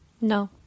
No